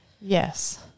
yes